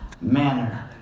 manner